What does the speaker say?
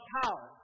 power